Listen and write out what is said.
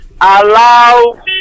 Allow